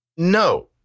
No